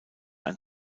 ein